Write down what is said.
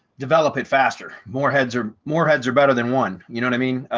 develop it faster, more heads or more heads are better than one, you know what i mean?